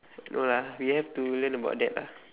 no lah we have to learn about that lah